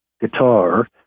guitar